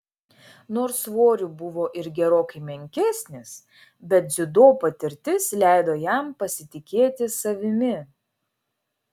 nors svoriu buvo ir gerokai menkesnis bet dziudo patirtis leido jam pasitikėti savimi